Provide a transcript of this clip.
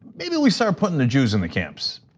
maybe we start putting the jews in the camps.